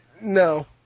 no